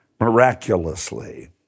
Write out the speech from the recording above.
Miraculously